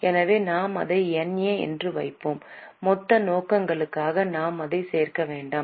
எனவே நாம் அதை NA என்று வைப்போம் மொத்த நோக்கங்களுக்காக அதை சேர்க்க வேண்டாம்